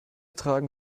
tragen